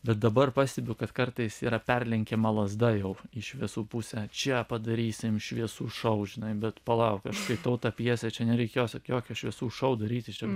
bet dabar pastebiu kad kartais yra perlenkiama lazda jau iš visų pusių čia padarysim šviesų šou žinai bet palauk aš skaitau tą pjesę čia nereikia jos jokio šviesų šou daryti čia